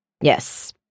Yes